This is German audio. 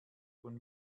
von